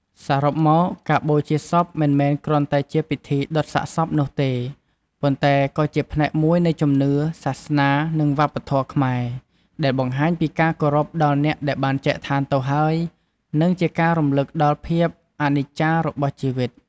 សរុបមក ការបូជាសពមិនមែនគ្រាន់តែជាពិធីដុតសាកសពនោះទេ ប៉ុន្តែក៏ជាផ្នែកមួយនៃជំនឿ សាសនា និងវប្បធម៌ខ្មែរ ដែលបង្ហាញពីការគោរពដល់អ្នកដែលបានចែកឋានទៅហើយ និងជាការរំលឹកដល់ភាពអនិច្ចារបស់ជីវិត។